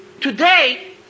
today